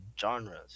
genres